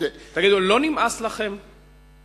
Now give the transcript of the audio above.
תגידו, לא נמאס לכם?